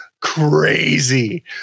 crazy